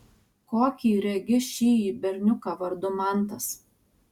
kokį regi šįjį berniuką vardu mantas